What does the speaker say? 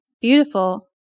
beautiful